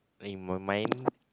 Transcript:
in my mind